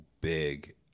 big